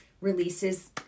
releases